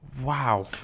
Wow